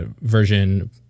version